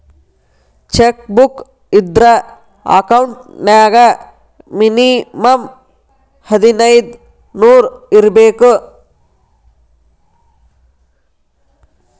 check book ಇದ್ರ account ನ್ಯಾಗ minimum ಹದಿನೈದ್ ನೂರ್ ಇರ್ಬೇಕು